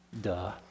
Duh